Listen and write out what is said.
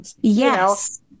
Yes